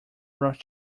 ruth